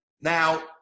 Now